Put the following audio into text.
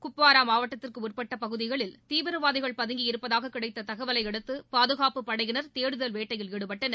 குப்வாரா மாவட்டத்திற்குட்பட்ட பகுதிகளில் தீவிரவாதிகள் பதங்கியிருப்பதாக கிடைத்த தகவலையடுத்து பாதுகாப்புப் படையினர் தேடுதல் வேட்டையில் ஈடுபட்டனர்